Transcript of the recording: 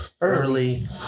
early